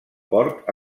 port